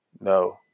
no